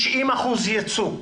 90 אחוזי יצוא.